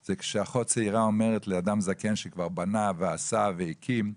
זה כשאחות צעירה אומרת לאדם זקן שכבר בנה ועשה והקים: